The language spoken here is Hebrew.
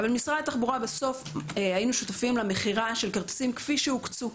אבל משרד התחבורה היה שותף למכירה של כרטיסים כפי שהוקצו.